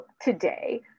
today